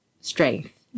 strength